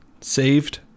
saved